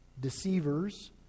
deceivers